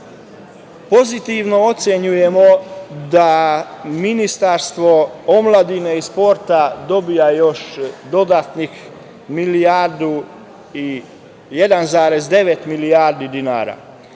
Srbije. Pozitivno ocenjujemo da Ministarstvo omladine i sporta dobija još dodatnih 1,9 milijardi dinara.